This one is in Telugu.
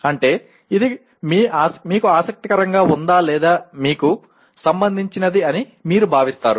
అంటే ఇది మీకు ఆసక్తికరంగా ఉందా లేదా మీకు సంబంధించినది అని మీరు భావిస్తారు